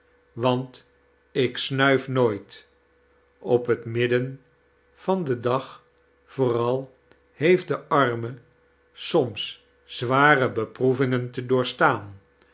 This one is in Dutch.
want ik snuif nooit op het midden van den dag vooral heeft de arme soms zware beproevingen te doorstaan